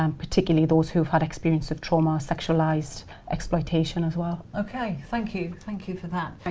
um particularly those who have had experience of trauma, sexualised exploitation as well. okay thank you thank you for that.